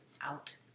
out